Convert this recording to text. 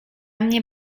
mnie